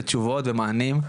ותשובות ומענים.